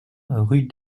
rue